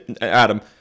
Adam